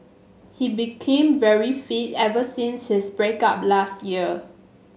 he became very fit ever since his break up last year